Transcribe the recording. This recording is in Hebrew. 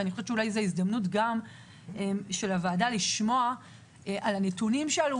ואני חושבת שזו הזדמנות של הוועדה לשמוע על הנתונים שעלו